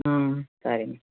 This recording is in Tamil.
ம் சரிங்க